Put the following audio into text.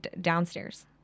downstairs